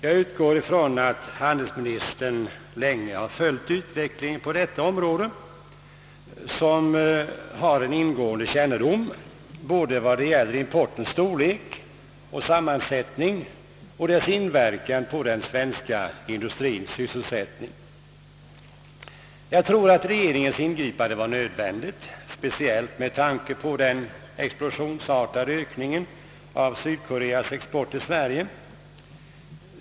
Jag utgår från att handelsministern länge följt utvecklingen på detta område och har en ingående kännedom vad gäller importens storlek, sammansättning och inverkan på den svenska industriens sysselsättning. Jag tror att regeringens ingripande var nödvändigt speciellt med tanke på den explosionsartade ökningen av Sydkoreas export till Sverige.